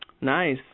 Nice